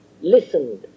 listened